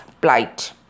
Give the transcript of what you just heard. plight